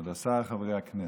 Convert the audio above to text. כבוד השר, חברי הכנסת,